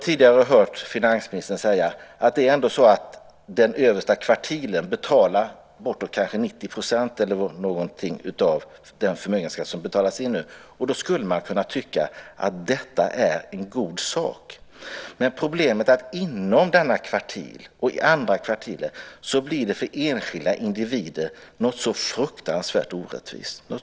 Tidigare har vi hört finansministern säga att det ändå är så att den översta kvartilen kanske betalar bortemot 90 % av den förmögenhetsskatt som nu betalas in. Då skulle man kunna tycka att detta är en god sak. Men problemet är att det inom denna kvartil, och även inom andra kvartiler, för enskilda individer blir fruktansvärt orättvist.